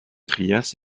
trias